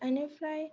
इनिफ्राय